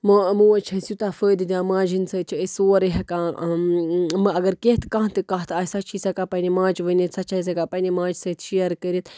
مو موج چھےٚ اَسہِ یوٗتاہ فٲیدٕ دِوان ماجہِ ہِنٛدۍ سۭتۍ چھِ أسۍ سورُے ہٮ۪کان مٔہ اَگر کیٚنٛہہ تہِ کانٛہہ تہِ کَتھ آسہِ سۄ چھِ أسۍ ہٮ۪کان پنٛنہِ ماجہِ ؤنِتھ سۄ چھِ أسۍ ہٮ۪کان پنٛنہِ ماجہِ سۭتۍ شِیَر کٔرِتھ